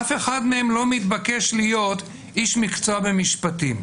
אף אחד מהם לא מתבקש להיות איש מקצוע במשפטים.